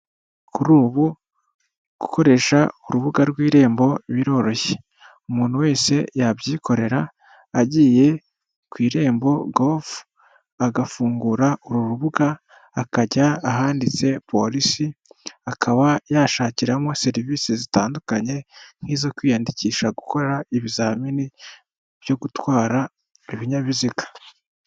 Kuri ubu gukoresha urubuga rw'irembo biroroshye. Umuntu wese yabyikorera agiye ku irembo govu, agafungura uru rubuga akajya ahanditse polisi, akaba yashakiramo serivisi zitandukanye nk'izo kwiyandikisha gukora ibizamini byo gutwara ibinyabiziga.